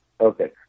Okay